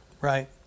right